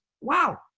Wow